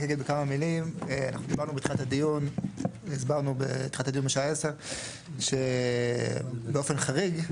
הסברנו בתחילת הדיון שבאופן חריג,